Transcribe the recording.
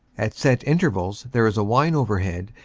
at set intervals there is a whine overhead,